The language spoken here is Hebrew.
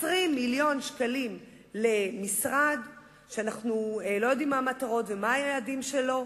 20 מיליון שקלים למשרד שאנחנו לא יודעים מה המטרות ומה היעדים שלו,